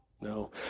No